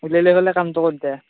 ওলিয়াই লৈ পেলাই কামটো কৰি দে